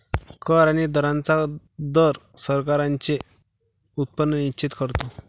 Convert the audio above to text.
कर आणि दरांचा दर सरकारांचे उत्पन्न निश्चित करतो